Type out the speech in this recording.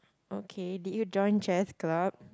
okay did you join chess club